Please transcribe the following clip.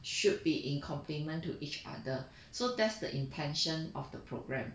should be in compliment to each other so that's the intention of the programme